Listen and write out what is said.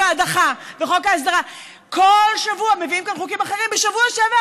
לכל מיני מדינות בהסדרים שונים ומשונים.